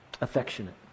affectionate